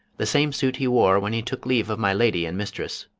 the same suit he wore when he took leave of my lady and mistress.